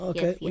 Okay